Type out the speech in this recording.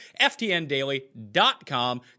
FTNDaily.com